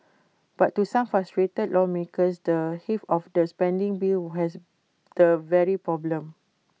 but to some frustrated lawmakers the heft of the spending bill has the very problem